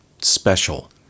special